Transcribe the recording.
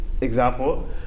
example